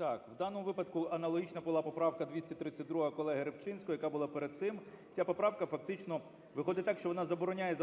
М.Л. В даному випадку аналогічна була поправка 232 колегиРибчинського, яка була перед тим. Ця поправка, фактично виходить так, що вона забороняє